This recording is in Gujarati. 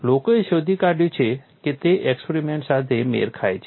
લોકોએ શોધી કાઢ્યું છે કે તે એક્સપરીમેન્ટ સાથે મેળ ખાય છે